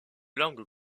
langue